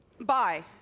bye